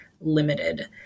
limited